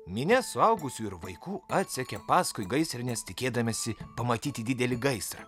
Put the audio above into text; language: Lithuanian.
minia suaugusiųjų ir vaikų atsekė paskui gaisrines tikėdamiesi pamatyti didelį gaisrą